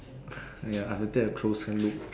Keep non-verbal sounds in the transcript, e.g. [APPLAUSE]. [BREATH] ya I have a closer look